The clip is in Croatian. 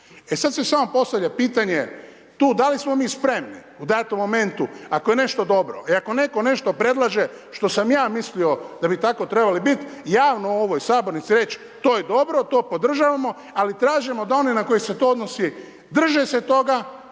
sad se samo postavlja pitanje tu da li smo mi spremni u datom momentu, ako je nešto dobro i ako netko nešto predlaže što sam ja mislio da bi tako trebalo biti javno u ovoj sabornici reći, to je dobro, to podržavamo, ali tražimo da oni na koje se to odnosi drže se toga,